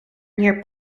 near